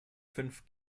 fünf